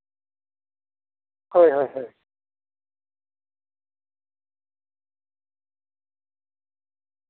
ᱦᱳᱭ ᱦᱳᱭ ᱦᱳᱭ